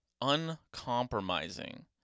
uncompromising